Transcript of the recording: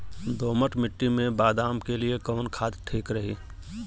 दोमट मिट्टी मे बादाम के लिए कवन खाद ठीक रही?